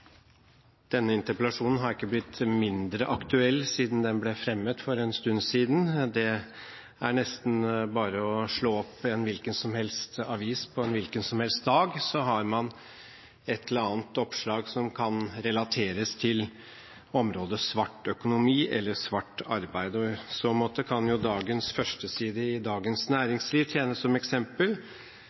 Denne interpellasjonen har ikke blitt mindre aktuell siden den ble fremmet for en stund siden. Det er nesten bare å slå opp i en hvilken som helst avis på en hvilken som helst dag, så har man et eller annet oppslag som kan relateres til området svart økonomi eller svart arbeid. I så måte kan dagens førsteside i Dagens Næringsliv tjene som eksempel.